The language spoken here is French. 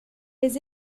des